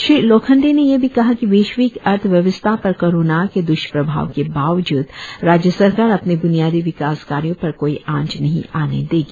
श्री लोखंडे ने यह भी कहा कि वैश्विक अर्थव्यवस्था पर कोरोना के द्ष्प्रभाव के बावज्द राज़य सरकार अपने ब्नियादी विकास कार्यों पर कोई आंच नहीं आने देगी